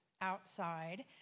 outside